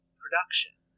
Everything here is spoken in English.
production